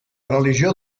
religió